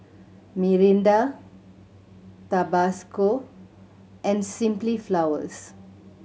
Mirinda Tabasco and Simply Flowers